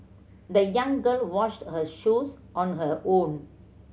the young girl washed her shoes on her own